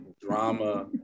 drama